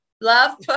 love